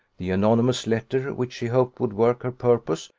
the anonymous letter, which she hoped would work her purpose,